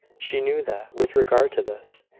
she knew that, with regard to this,